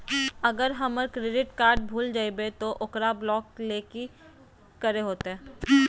अगर हमर credit card भूल जइबे तो ओकरा ब्लॉक लें कि करे होते?